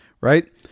right